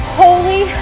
holy